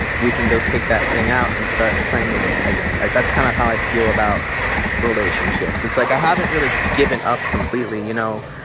we can go take that thing out and start playing it it again. that's kind of how i feel about relationships. it's like i haven't really given up completely. you know,